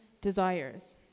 desires